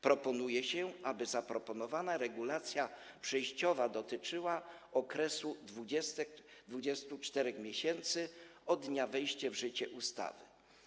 Proponuje się, aby zaproponowana regulacja przejściowa dotyczyła okresu 24 miesięcy od dnia wejścia w życie ustawy.